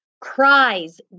Cries